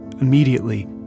immediately